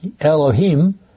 Elohim